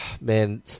Man